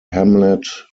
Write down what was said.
hamlet